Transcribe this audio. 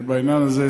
בעניין הזה,